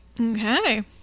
Okay